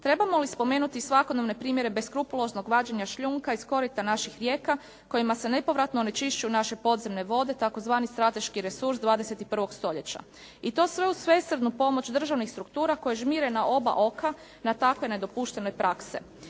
Trebamo li spomenuti svakodnevne primjere beskrupuloznog vađenja šljunka iz korita naših rijeka kojima se nepovratno onečišćuju naše podzemne vode, tzv. strateški resurs 21. stoljeća. I to sve uz svesrdnu pomoć državnih struktura koje žmire na oba oka na takve nedopuštene prakse.